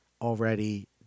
already